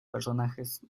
personajes